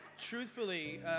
truthfully